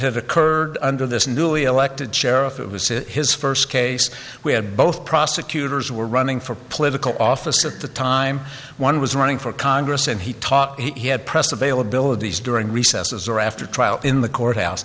have occurred under this newly elected sheriff it was his first case we had both prosecutors were running for political office at the time one was running for congress and he taught he had press availabilities during recess as or after trial in the courthouse